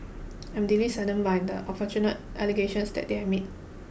I'm deeply saddened by the unfortunate allegations that they have made